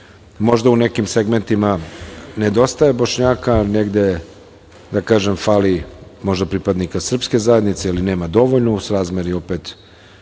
možda u nekim segmentima nedostaje Bošnjaka, negde da kažem fali pripadnika srpske zajednice ili nema dovoljno u srazmeri opet